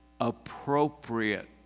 appropriate